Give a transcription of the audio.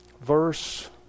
verse